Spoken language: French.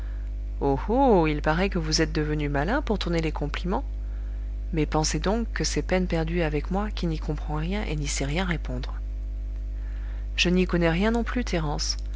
oh oh il paraît que vous êtes devenu malin pour tourner les compliments mais pensez donc que c'est peine perdue avec moi qui n'y comprends rien et n'y sais rien répondre je n'y connais rien non plus